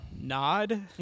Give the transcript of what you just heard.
nod